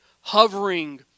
hovering